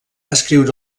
escriure